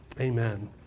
Amen